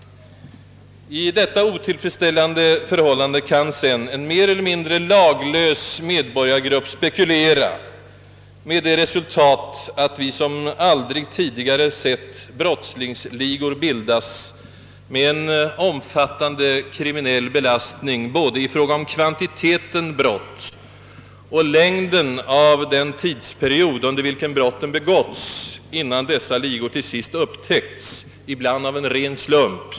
I detta otillfredsställande förhållande kan en mer eller mindre laglös medborgargrupp spekulera, med resultat att vi som aldrig tidigare sett brottslingsligor bildas med en omfattande kriminell belastning i fråga om både kvantiteten brott och längden av den tidsperiod under vilken brotten begåtts, innan dessa ligor upptäckts — ibland av en ren slump.